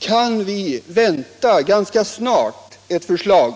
Kan vi ganska snart vänta ett förslag,